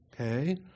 Okay